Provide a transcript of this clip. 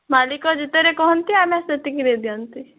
ମାଲିକ ଯେତିକିରେ କହନ୍ତି ଆମେ ସେତିକିରେ ଦିଅନ୍ତି